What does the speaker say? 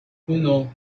uno